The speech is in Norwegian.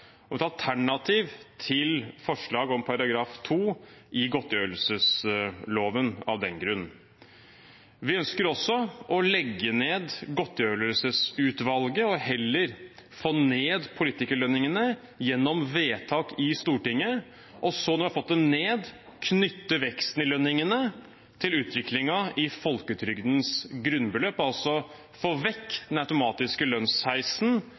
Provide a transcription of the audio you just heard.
om § 2 i stortingsgodtgjørelsesloven. Vi ønsker også å legge ned godtgjøringsutvalget og heller få ned politikerlønningene gjennom vedtak i Stortinget. Når vi har fått det ned, vil vi knytte veksten i lønningene til utviklingen i folketrygdens grunnbeløp, altså få